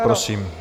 Prosím.